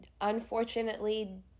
unfortunately